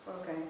Okay